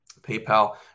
PayPal